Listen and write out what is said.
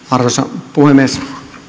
arvoisa puhemies